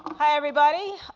hi, everybody.